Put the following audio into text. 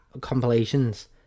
compilations